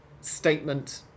statement